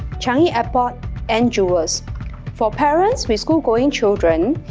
changi airport and jewel for parents with school-going children,